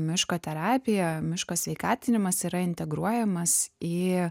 miško terapija miško sveikatinimas yra integruojamas į